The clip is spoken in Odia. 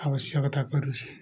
ଆବଶ୍ୟକତା କରୁଛି